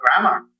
grammar